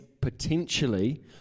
potentially